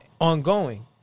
ongoing